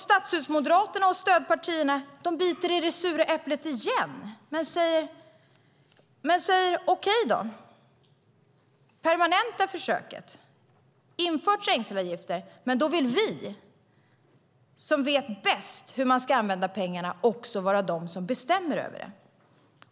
Stadshusmoderaterna och stödpartierna biter igen i det sura äpplet och säger: Okej då, permanenta försöket. Inför trängselavgifter. Men då vill vi som vet bäst hur man ska använda pengarna också vara dem som bestämmer över dem.